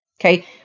okay